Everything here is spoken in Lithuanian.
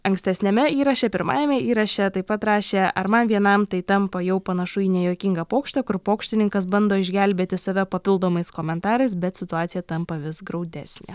ankstesniame įraše pirmajame įraše taip pat rašė ar man vienam tai tampa jau panašu į nejuokingą pokštą kur pokštininkas bando išgelbėti save papildomais komentarais bet situacija tampa vis graudesnė